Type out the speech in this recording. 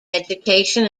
education